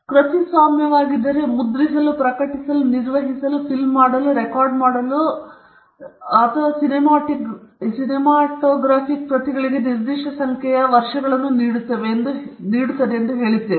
ಅದು ಕೃತಿಸ್ವಾಮ್ಯವಾಗಿದ್ದರೆ ನಾವು ಕೃತಿಸ್ವಾಮ್ಯವನ್ನು ಮುದ್ರಿಸಲು ಪ್ರಕಟಿಸಲು ನಿರ್ವಹಿಸಲು ಫಿಲ್ಮ್ ಮಾಡಲು ಅಥವಾ ರೆಕಾರ್ಡ್ ಮಾಡಲು ಸಾಹಿತ್ಯಕ ಕಲಾತ್ಮಕ ಸಂಗೀತ ಅಥವಾ ಇತರ ಸಿನೆಮಾಟೊಗ್ರಾಫಿಕ್ ಕೃತಿಗಳಿಗೆ ನಿರ್ದಿಷ್ಟ ಸಂಖ್ಯೆಯ ವರ್ಷಗಳನ್ನು ನೀಡುತ್ತದೆ ಎಂದು ನಾವು ಹೇಳುತ್ತೇವೆ